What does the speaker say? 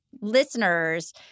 listeners